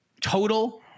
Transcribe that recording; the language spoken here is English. total